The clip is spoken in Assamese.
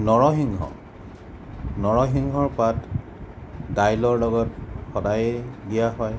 নৰসিংহ নৰসিংহৰ পাত দাইলৰ লগত সদায়ে দিয়া হয়